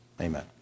amen